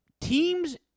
Teams